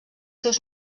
seus